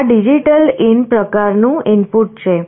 આ digital in પ્રકાર નું ઇનપુટ છે